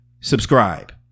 subscribe